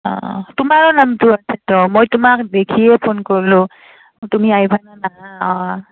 অঁ তোমাৰো নামটো আছেতো মই তোমাক দেখিয়ে ফোন কৰিলোঁ তুমি আহিবানে নাহা অঁ